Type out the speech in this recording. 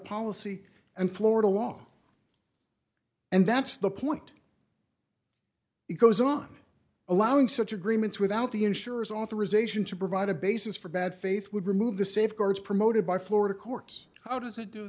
policy and florida law and that's the point it goes on allowing such agreements without the insurers authorisation to provide a basis for bad faith would remove the safeguards promoted by florida courts how does it do